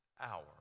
hour